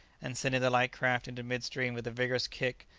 and sending the light craft into mid-stream with a vigorous kick,